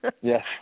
Yes